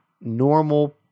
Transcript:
normal